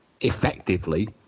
effectively